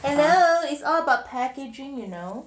hello it's all about packaging you know